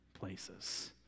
places